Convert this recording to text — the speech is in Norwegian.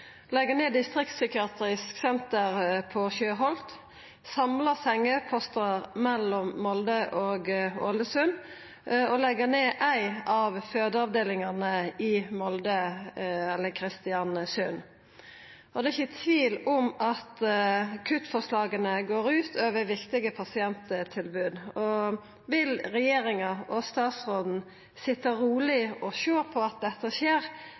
ned distriktspsykiatrisk senter på Sjøholt, samle sengeposter mellom Molde og Ålesund og leggje ned ein av fødeavdelingane i Molde og Kristiansund. Det er ikkje tvil om at kuttforslaga går ut over viktige pasienttilbod. Vil regjeringa og statsråden sitje rolig og sjå på at dette skjer,